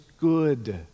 good